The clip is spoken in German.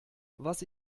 was